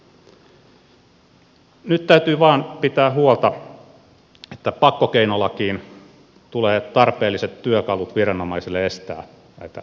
nyt täytyy vain pitää huolta että pakkokeinolakiin tulevat tarpeelliset työkalut viranomaisille estää näitä toimenpiteitä